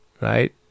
right